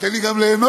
תן לי גם ליהנות.